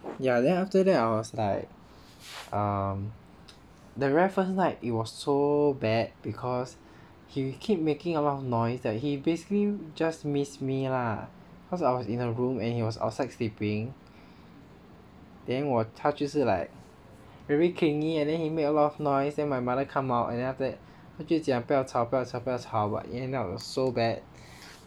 ya then after that I was like um the very first night it was so bad because he keep making a lot of noise that he basically just miss me lah cause I was in a room and he was outside sleeping then 我它就是 like very clingy and then he made a lot of noise then my mother come out and then after that 她就是讲不要吵不要吵不要吵 but end up it was so bad